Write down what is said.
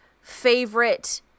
favorite